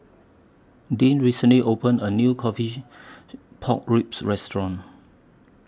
Dean recently opened A New Coffee Pork Ribs Restaurant